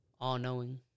All-knowing